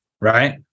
right